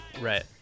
Right